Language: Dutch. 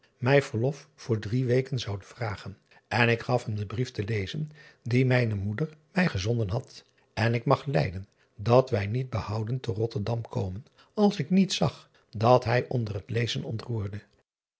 mij verlof voor drie weken zou driaan oosjes zn et leven van illegonda uisman len vragen en ik gaf hem den brief te lezen dien mijne moeder mij gezonden had en ik mag lijden dat wij niet behouden te otterdam komen als ik niet zag dat hij onder het lezen